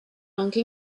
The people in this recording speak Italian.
anche